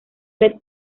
red